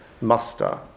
muster